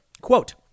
Quote